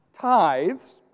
tithes